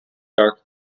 dark